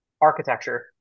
architecture